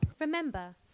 Remember